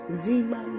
zima